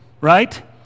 right